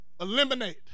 eliminate